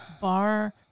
bar